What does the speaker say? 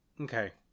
Okay